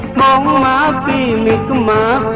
la la la la